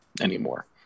anymore